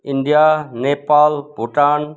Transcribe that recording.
India Nepal Bhutan